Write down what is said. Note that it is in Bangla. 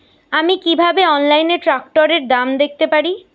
আমি কিভাবে অনলাইনে ট্রাক্টরের দাম দেখতে পারি?